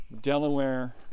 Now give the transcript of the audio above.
Delaware